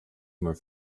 more